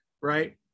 right